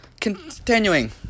continuing